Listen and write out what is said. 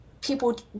people